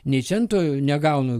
nė cento negaunu